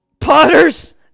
potters